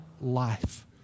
life